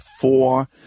four